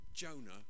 Jonah